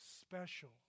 special